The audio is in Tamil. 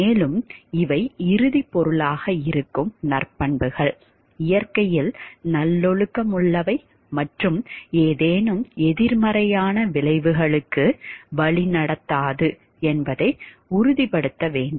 மேலும் இவை இறுதிப் பொருளாக இருக்கும் நற்பண்புகள் இயற்கையில் நல்லொழுக்கமுள்ளவை மற்றும் ஏதேனும் எதிர்மறையான விளைவுகளுக்கு வழிநடத்தாது என்பதை உறுதிப்படுத்த வேண்டும்